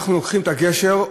אנחנו לוקחים את הגשר,